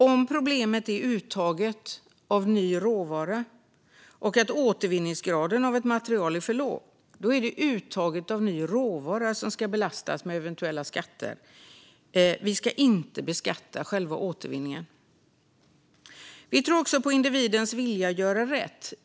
Om problemet är uttaget av ny råvara och att återvinningsgraden av ett material är för låg då är det uttaget av ny råvara som ska belastas med eventuella skatter. Vi ska inte beskatta själva återvinningen. Vi tror också på individens vilja att göra rätt.